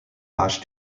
ash